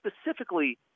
specifically